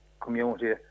community